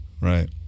Right